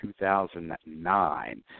2009